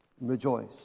rejoice